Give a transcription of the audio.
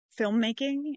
filmmaking